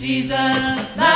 Jesus